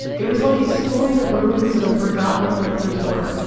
it was like exploring the ruins of a forgotten old resort.